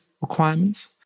requirements